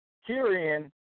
herein